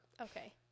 Okay